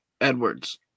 Edwards